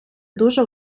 дуже